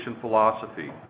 philosophy